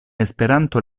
esperanto